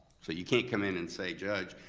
so you can't come in and say, judge,